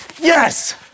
Yes